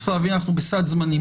צריך להבין שאנחנו בסד זמנים